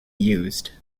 used